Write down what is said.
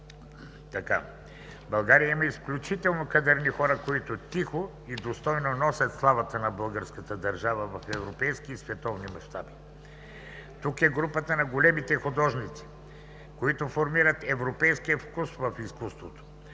В България имаме изключително кадърни хора, които тихо и достойно носят славата на българската държава в европейски и световен мащаб. Тук е групата на големите художници, които формират европейския вкус в изкуството.